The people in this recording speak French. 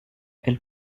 elle